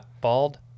Bald